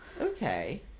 Okay